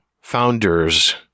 founder's